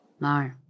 No